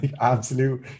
absolute